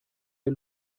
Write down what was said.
der